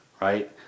right